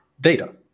Data